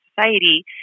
society